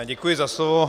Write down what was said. Já děkuji za slovo.